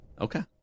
Okay